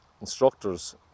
instructors